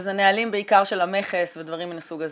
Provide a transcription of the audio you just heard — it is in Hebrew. שזה נהלים בעיקר של המכס ודברים מהסוג הזה.